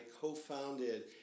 co-founded